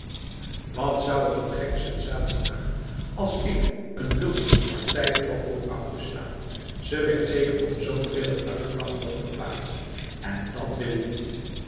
wat zou t een gekke sensatie maken als ik een bult partij trok voor augusta ze werd zeker om zoo'n ridder uitgelachen of geplaagd en dat wil ik niet